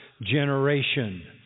generation